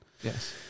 Yes